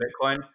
Bitcoin